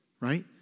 right